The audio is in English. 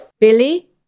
Billy